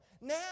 Now